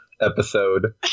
episode